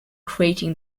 creating